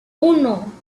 uno